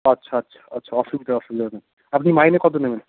আচ্ছা আচ্ছা আচ্ছা অসুবিধা অসুবিধা নেই আপনি মাইনে কত নেবেন